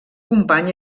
company